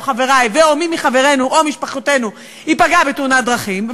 חברי ו/או מי מחברינו או משפחותינו ייפגע מתאונת דרכים,